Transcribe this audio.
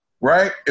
right